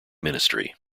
ministry